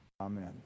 Amen